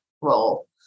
role